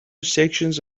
sections